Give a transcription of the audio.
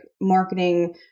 marketing